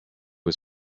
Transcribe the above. was